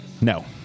No